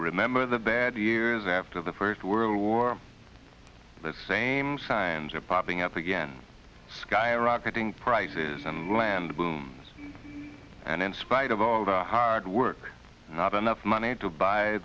remember the bad years after the first world war the same signs are popping up again skyrocketing prices and land boom and in spite of all the hard work not enough money to buy